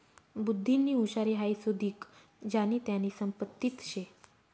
बुध्दीनी हुशारी हाई सुदीक ज्यानी त्यानी संपत्तीच शे